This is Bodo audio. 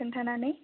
खोन्थानानै